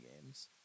games